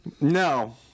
No